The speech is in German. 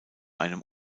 einem